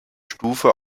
stufe